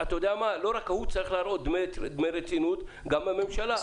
לא רק הוא צריך להראות דמי רצינות, גם בממשלה.